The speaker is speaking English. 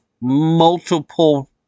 multiple